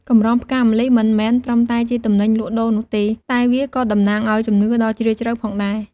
កម្រងផ្កាម្លិះមិនមែនត្រឹមតែជាទំនិញលក់ដូរនោះទេ តែវាក៏តំណាងឲ្យជំនឿដ៏ជ្រាលជ្រៅផងដែរ។